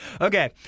Okay